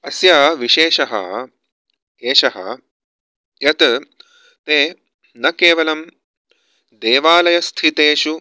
अस्य विशेषः एषः यत ते न केवलं देवालयस्थितेषु